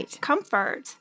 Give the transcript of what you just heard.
comfort